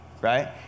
right